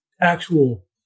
actual